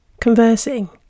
conversing